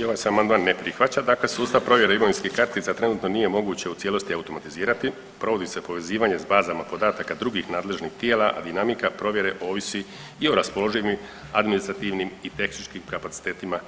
I ovaj se amandman ne prihvaća, dakle sustav provjere imovinskih kartica trenutno nije moguće u cijelosti automatizirati, provodi se povezivanje s bazama podataka drugih nadležnih tijela, a dinamika provjere ovisi i o raspoloživim administrativnim i tehničkim kapacitetima